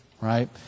right